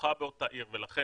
נמוכה באותה עיר ולכן,